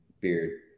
beard